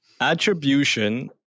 Attribution